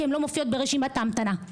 כי הן לא מופיעות ברשימת ההמתנה.